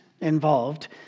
involved